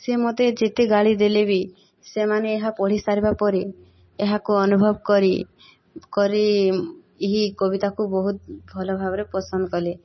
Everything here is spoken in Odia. ସିଏ ମୋତେ ଯେତେ ଗାଳି ଦେଲେ ବି ସେମାନେ ଏହା ପଢ଼ି ସାରିବାପରେ ଏହାକୁ ଅନୁଭବ କରି କରି ଏହି କବିତାକୁ ବହୁତ ଭଲ ଭବରେ ପସନ୍ଦ କଲେ